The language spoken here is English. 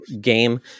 Game